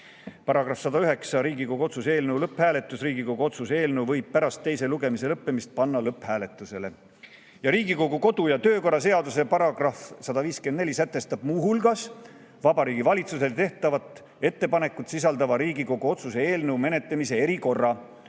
Paragrahv 109 "Riigikogu otsuse eelnõu lõpphääletus": "Riigikogu otsuse eelnõu võib pärast teise lugemise lõpetamist panna lõpphääletusele". Ja Riigikogu kodu‑ ja töökorra seaduse § 154 sätestab muu hulgas Vabariigi Valitsusele tehtavat ettepanekut sisaldava Riigikogu otsuse eelnõu menetlemise erikorra.